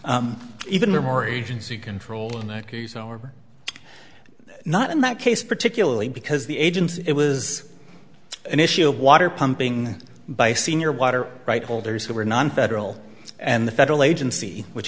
though more agency control in that case over not in that case particularly because the agents it was an issue of water pumping by senior water rights holders who were non federal and the federal agency which